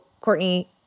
Courtney